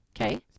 Okay